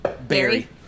Barry